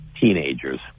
teenagers